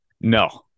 No